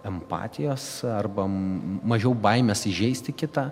empatijos arba mažiau baimės įžeisti kitą